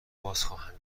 بازخواهم